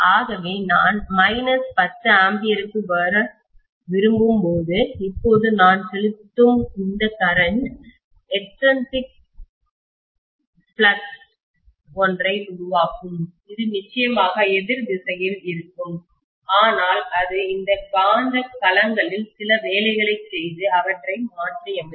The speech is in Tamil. ஆகவே நான் மைனஸ் 10 ஆம்பியருக்கு வர விரும்பும்போது இப்போது நான் செலுத்தும் இந்த கரண்ட் மின்னோட்டம் எக்ஸ்ட்ரீன்சிக் வெளிப்புற ஃப்ளக்ஸ் ஒன்றை உருவாக்கும் இது நிச்சயமாக எதிர் திசையில் இருக்கும் ஆனால் அது இந்த காந்த களங்களில் சில வேலைகளைச் செய்து அவற்றை மாற்றியமைக்கும்